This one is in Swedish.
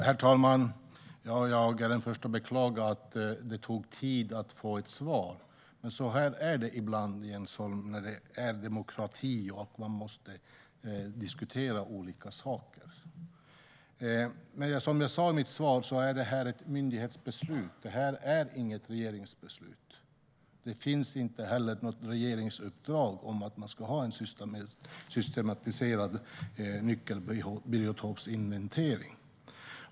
Herr talman! Jag är den förste att beklaga att det tog tid att få ett svar. Men så här är det ibland i en demokrati när man måste diskutera olika saker. Som jag sa i mitt svar är detta ett myndighetsbeslut. Det är inget regeringsbeslut. Det finns inte heller något regeringsuppdrag om en systematiserad nyckelbiotopsinventering.